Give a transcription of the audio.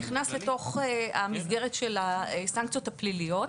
נכנס לתוך המסגרת של הסנקציות הפליליות.